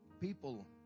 People